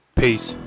Peace